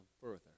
further